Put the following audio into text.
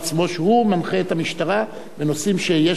שהוא מנחה את המשטרה בנושאים שיש בהם